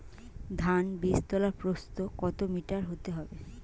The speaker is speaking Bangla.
ধান বীজতলার প্রস্থ কত মিটার হতে হবে?